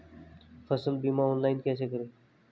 फसल बीमा ऑनलाइन कैसे करें?